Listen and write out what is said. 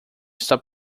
está